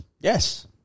Yes